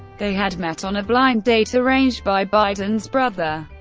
they had met on a blind date arranged by biden's brother,